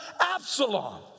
Absalom